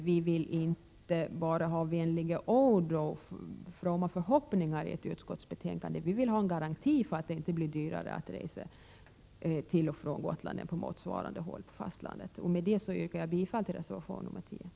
Vi vill inte bara ha vänliga ord och fromma förhoppningar i ett betänkande, utan vi vill ha en garanti för att det inte blir dyrare att resa till och från Gotland än att resa motsvarande sträcka på fastlandet. Med det yrkar jag bifall till reservation 10.